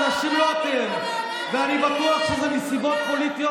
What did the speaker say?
האנשים, לא אתם, ואני בטוח שזה מסיבות פוליטיות.